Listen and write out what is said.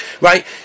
right